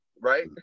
right